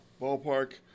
Ballpark